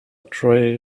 tray